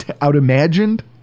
out-imagined